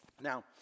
Now